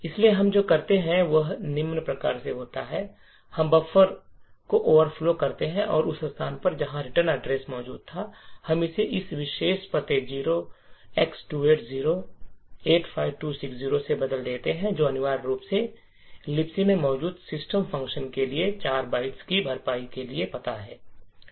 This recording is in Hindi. इसलिए हम जो करते हैं वह निम्न प्रकार से होता है हम बफर को ओवरफ्लो करते हैं और उस स्थान पर जहां रिटर्न एड्रेस मौजूद था हम इसे इस विशेष पते 0x28085260 से बदल देते हैं जो अनिवार्य रूप से libc में मौजूद सिस्टम फ़ंक्शन के लिए और 4 बाइट्स की भरपाई के लिए पता है